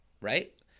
right